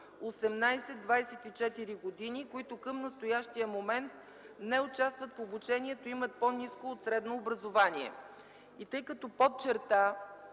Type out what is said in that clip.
18 24 години, които към настоящия момент не участват в обучението и имат по-ниско от средно образование.” Тъй като под черта